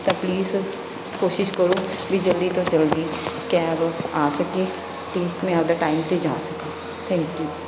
ਤਾਂ ਪਲੀਜ਼ ਕੋਸ਼ਿਸ਼ ਕਰੋ ਵੀ ਜਲਦੀ ਤੋਂ ਜਲਦੀ ਕੈਬ ਆ ਸਕੇ ਅਤੇ ਮੈਂ ਆਪਣਾ ਟਾਈਮ 'ਤੇ ਜਾ ਸਕਾਂ ਥੈਂਕ ਯੂ